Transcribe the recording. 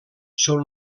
són